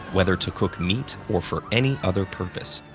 whether to cook meat or for any other purpose.